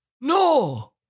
No